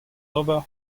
ober